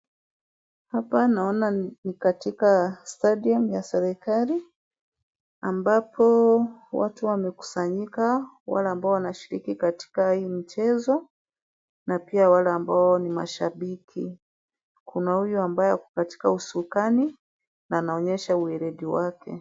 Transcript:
Hapa naona ni katika stadium ya serikali, ambapo watu wamekusanyika, wale ambao wanashiriki katika hii mchezo na pia wale ambao ni mashabiki. Kuna huyu ambaye ako katika usukani na anaonyesha uereji wake.